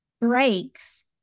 breaks